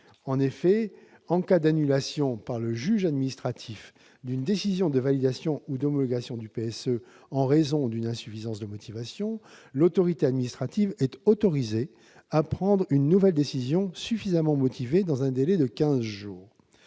En effet, en cas d'annulation par le juge administratif d'une décision de validation ou d'homologation du plan de sauvegarde de l'emploi en raison d'une insuffisance de motivation, l'autorité administrative est autorisée à prendre une nouvelle décision suffisamment motivée dans un délai de quinze jours.